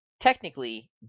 Technically